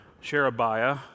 Sherebiah